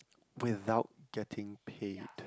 without getting paid